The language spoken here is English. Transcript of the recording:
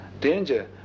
danger